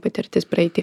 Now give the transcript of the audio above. patirtis praeity